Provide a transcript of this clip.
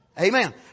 Amen